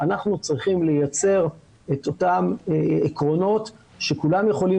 אנחנו צריכים לייצר את אותם עקרונות שכולם יכולים